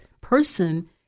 person